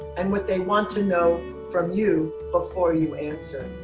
and what they want to know from you before you answer.